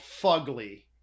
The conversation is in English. Fugly